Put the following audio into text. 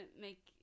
make